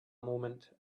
moment